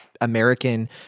American